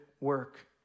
work